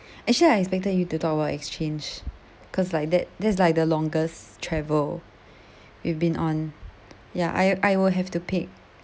actually I expected you to talk about exchange cause like that that's like the longest travel we've been on ya I I will have to pay